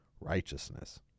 righteousness